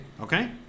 okay